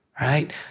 right